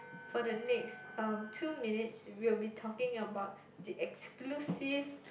for the next um two minutes we'll be talking about the exclusive